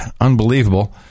unbelievable